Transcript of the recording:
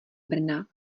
brna